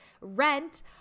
Rent